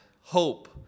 hope